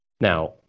Now